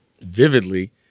vividly